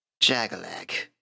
Jagalag